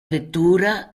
vettura